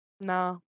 no